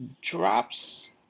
drops